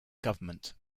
government